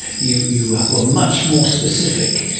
you you were much more specific.